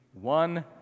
One